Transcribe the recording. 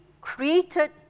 created